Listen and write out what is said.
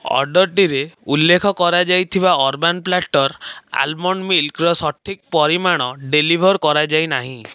ଅର୍ଡ଼ର୍ଟିରେ ଉଲ୍ଲେଖ କରାଯାଇଥିବା ଅରବାନ୍ ପ୍ଲାଟର ଆଲମଣ୍ଡ୍ ମିଲକ୍ର ସଠିକ୍ ପରିମାଣ ଡେଲିଭର୍ କରାଯାଇ ନାହିଁ